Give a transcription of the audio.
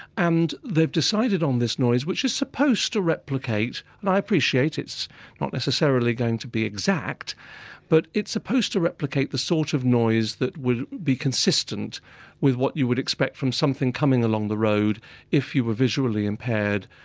and they've decided on this noise, which is supposed to replicate and i appreciate it's not necessarily going to be exact but it's supposed to replicate the sort of noise that would be consistent with what you would expect from something coming along the road if you were visually impaired,